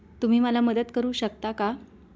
तुम्ही मला मदत करू शकता का